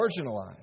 marginalized